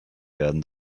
werden